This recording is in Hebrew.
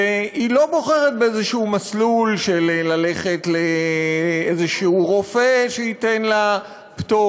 והיא לא בוחרת באיזשהו מסלול של ללכת לאיזשהו רופא שייתן לה פטור,